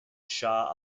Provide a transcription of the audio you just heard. shah